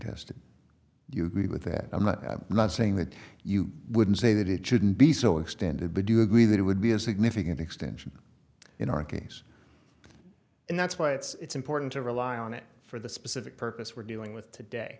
tested do you agree with that i'm not i'm not saying that you wouldn't say that it shouldn't be so extended they do agree that it would be a significant extension in our case and that's why it's important to rely on it for the specific purpose we're doing with today